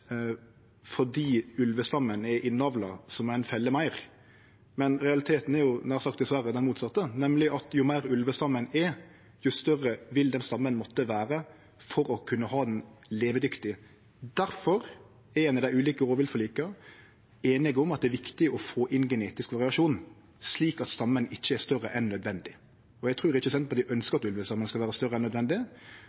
fordi ulvestammen er innavla, må ein felle meir. Men realiteten er – nær sagt dessverre – det motsette, nemleg at jo meir innavla ulvestammen er, jo større vil den stammen måtte vere for å kunne vere levedyktig. Difor er ein i dei ulike rovviltforlika einige om at det er viktig å få inn genetisk variasjon, slik at stammen ikkje er større enn nødvendig. Eg trur ikkje